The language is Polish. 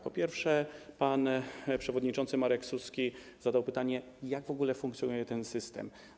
Po pierwsze, pan przewodniczący Marek Suski zadał pytanie, jak w ogóle funkcjonuje ten system.